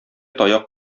таяк